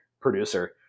producer